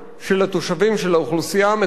של האוכלוסייה המקומית במקום,